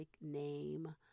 name